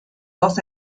dos